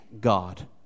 God